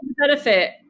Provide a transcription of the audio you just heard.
benefit